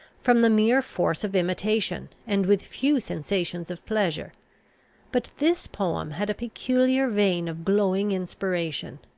from the mere force of imitation, and with few sensations of pleasure but this poem had a peculiar vein of glowing inspiration.